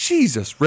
Jesus